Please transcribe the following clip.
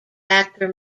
actor